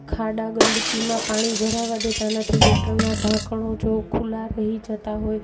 ખાડા ગંદકીમાં પાણી ભરાવા દેતા નથી ગટરના ઢાંકણાઓ જો ખુલ્લા રહી જતાં હોય